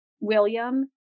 William